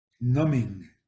numbing